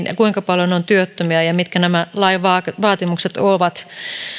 ja kuinka paljon on työttömiä ja mitkä lain vaatimukset ovat